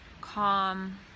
calm